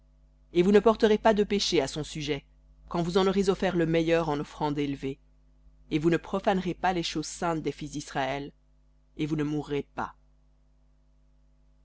et vous ne porterez pas de péché à son sujet quand vous en aurez offert le meilleur et vous ne profanerez pas les choses saintes des fils d'israël et vous ne mourrez pas